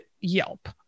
yelp